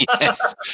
Yes